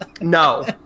No